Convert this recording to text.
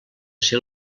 ser